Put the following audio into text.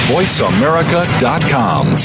VoiceAmerica.com